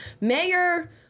Mayor